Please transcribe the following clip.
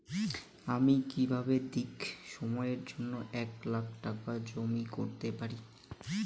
আমি কিভাবে দীর্ঘ সময়ের জন্য এক লাখ টাকা জমা করতে পারি?